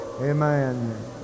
amen